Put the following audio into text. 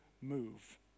move